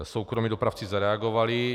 Soukromí dopravci zareagovali.